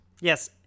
Yes